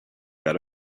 got